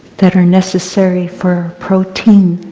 that are necessary for protein